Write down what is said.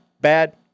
bad